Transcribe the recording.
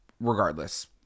regardless